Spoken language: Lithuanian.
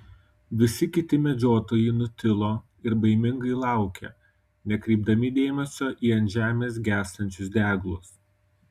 visi kiti medžiotojai nutilo ir baimingai laukė nekreipdami dėmesio į ant žemės gęstančius deglus